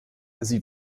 sie